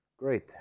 Great